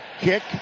kick